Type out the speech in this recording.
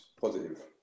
positive